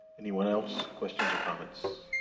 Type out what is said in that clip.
anyone else? questions or comments?